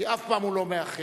כי אף פעם הוא לא מאחר